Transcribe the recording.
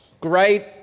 great